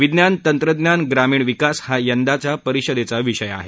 विज्ञान तंत्रज्ञानः ग्रामीण विकास हा यंदाच्या परिषदेचा विषय आहे